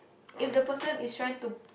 if the person is trying to